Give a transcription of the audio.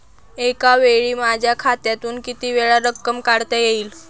एकावेळी माझ्या खात्यातून कितीवेळा रक्कम काढता येईल?